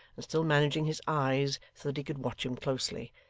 and still managing his eyes so that he could watch him closely,